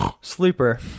sleeper